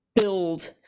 build